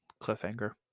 cliffhanger